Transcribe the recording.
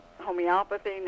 homeopathy